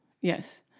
Yes